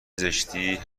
زشتی